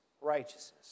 righteousness